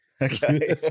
Okay